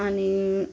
आणि